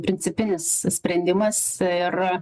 principinis sprendimas ir